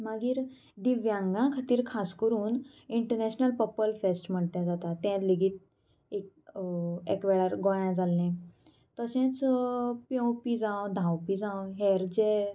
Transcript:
मागीर दिव्यांगा खातीर खास करून इंटरनॅशनल पर्पल फेस्ट म्हणटा तें जाता तें लेगीत एक वेळार गोंयां जाल्लें तशेंच पेंवपी जावं धांवपी जावं हेर जे